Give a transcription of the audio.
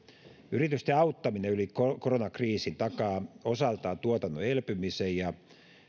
yritysten auttaminen yli koronakriisin takaa osaltaan tuotannon elpymisen ja